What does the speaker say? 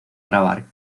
grabar